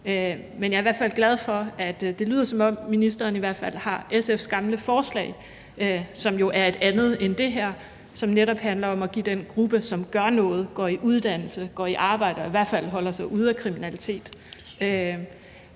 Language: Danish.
Men jeg er i hvert fald glad for, at det lyder, som om ministeren i hvert fald har SF’s gamle forslag, som jo er et andet end det her, og som netop handler om, at den gruppe, som gør noget – går i uddannelse, går i arbejde og i hvert fald holder sig ude af kriminalitet